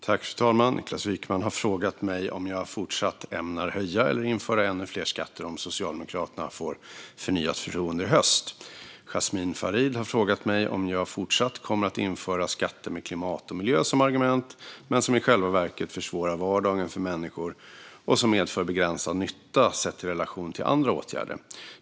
Fru talman! Niklas Wykman har frågat mig om jag ämnar fortsätta höja eller införa än fler skatter om Socialdemokraterna får förnyat förtroende i höst. Jasmin Farid har frågat mig om jag kommer att fortsätta införa skatter med klimat och miljö som argument som i själva verket försvårar vardagen för människor och medför begränsad nytta sett i relation till andra åtgärder.